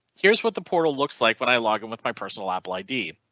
here's what the portal looks like when i log in with my personal apple id.